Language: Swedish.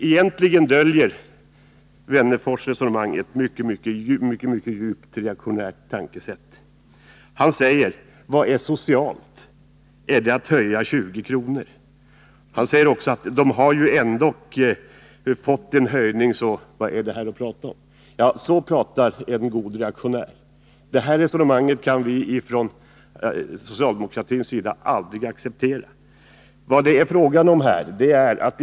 Egentligen döljer Alf Wennerfors resonemang ett mycket mycket djupt reaktionärt tänkesätt. Han säger: Vad är socialt? Är det att höja 20 kr.? Han säger också: De har ju ändå fått en höjning, så vad är det här att prata om? Så talar en god reaktionär. Det resonemanget kan vi från socialdemokratins sida aldrig acceptera.